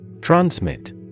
Transmit